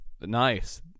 Nice